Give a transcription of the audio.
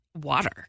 water